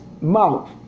mouth